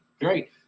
great